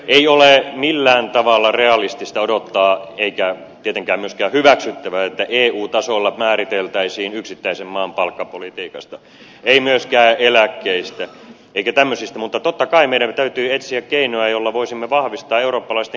ei ole millään tavalla realistista odottaa eikä tietenkään myöskään hyväksyttävää että eu tasolla määriteltäisiin yksittäisen maan palkkapolitiikasta ei myöskään eläkkeistä eikä tämmöisistä mutta totta kai meidän täytyy etsiä keinoja joilla voisimme vahvistaa eurooppalaisten kilpailukykyä